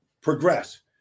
progress